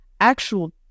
actual